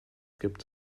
gibt